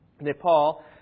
Nepal